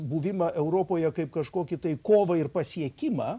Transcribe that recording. buvimą europoje kaip kažkokį tai kovą ir pasiekimą